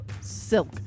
silk